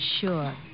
sure